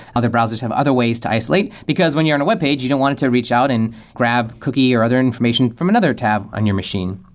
other browsers have other ways to isolate. because when you're on a webpage, you don't want it to reach out and grab cookie, or other information from another tab on your machine.